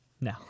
No